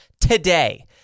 today